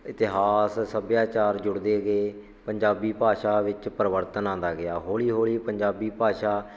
ਇਤਿਹਾਸ ਸੱਭਿਆਚਾਰ ਜੁੜਦੇ ਗਏ ਪੰਜਾਬੀ ਭਾਸ਼ਾ ਵਿੱਚ ਪਰਿਵਰਤਨ ਆਉਂਦਾ ਗਿਆ ਹੌਲੀ ਹੌਲੀ ਪੰਜਾਬੀ ਭਾਸ਼ਾ